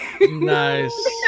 Nice